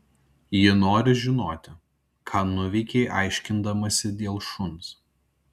ji nori žinoti ką nuveikei aiškindamasi dėl šuns